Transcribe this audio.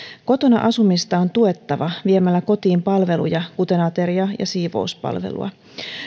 kotona asumista on tuettava viemällä kotiin palveluja kuten ateria ja siivouspalvelua